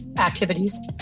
activities